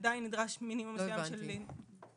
עדיין נדרש מינימום מסוים של מוכשרים.